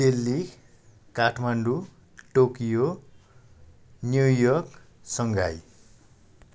Delhi Kathmandu Tokyo New York Shanghai